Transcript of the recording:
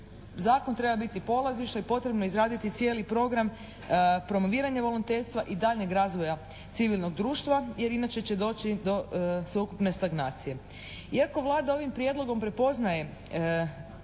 zakon treba biti polazište i potrebno je izraditi cijeli program promoviranje volonterstva i daljnjeg razvoja civilnog društva jer inače će doći do sveukupne stagnacije. Iako Vlada ovim prijedlogom prepoznaje